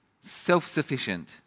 self-sufficient